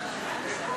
משכל.